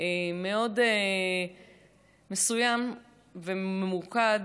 מאוד מסוים וממוקד